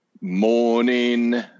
morning